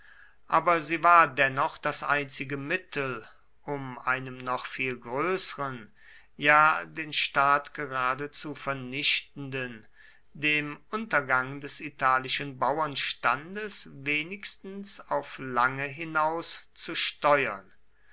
aber sie war dennoch das einzige mittel um einem noch viel größeren ja den staat geradezu vernichtenden dem untergang des italischen bauernstandes wenigstens auf lange hinaus zu steuern